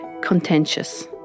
contentious